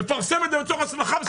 מפרסם את זה, הצלחה מסחררת,